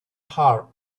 harp